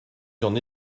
j’en